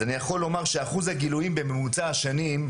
אז אני יכול לומר שאחוז הגילויים בממוצע השנים,